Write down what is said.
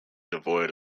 devoid